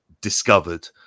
discovered